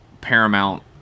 Paramount